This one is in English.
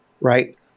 right